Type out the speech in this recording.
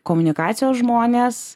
komunikacijos žmonės